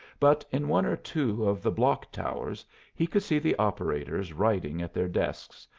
but in one or two of the block-towers he could see the operators writing at their desks,